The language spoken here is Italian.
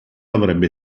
avrebbe